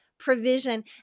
provision